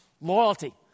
loyalty